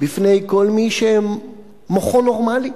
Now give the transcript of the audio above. בפני כל מי שמוחו נורמלי,